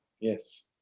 Yes